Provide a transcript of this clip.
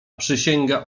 przysięga